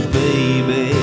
baby